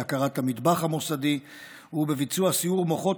בהכרת המטבח המוסדי ובביצוע סיעור מוחות